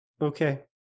okay